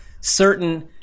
certain